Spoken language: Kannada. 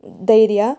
ಧೈರ್ಯ